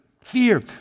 fear